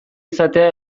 izatea